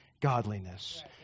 godliness